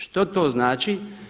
Što to znači?